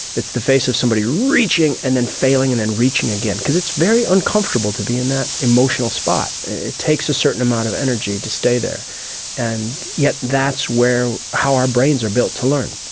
it's the face of somebody reaching and then failing and then reaching again. because it's very uncomfortable to be in that emotional spot, it takes a certain amount of energy to stay there and yet that's how our brains are built to learn.